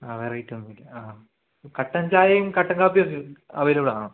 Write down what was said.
ആ വെറൈറ്റി ഒന്നുമില്ല ആ കട്ടൻ ചായയും കട്ടൻ കാപ്പിയും ഒക്കെ അവൈലബിളാണോ